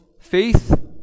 faith